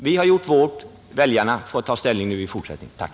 Vi har gjort vårt, väljarna får ta ställning i fortsättningen. Tack!